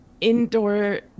indoor